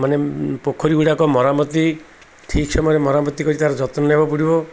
ମାନେ ପୋଖରୀ ଗୁଡ଼ାକ ମରାମତି ଠିକ୍ ସମୟରେ ମରାମତି କରି ତା'ର ଯତ୍ନ ନେବାକୁ ପଡ଼ିବ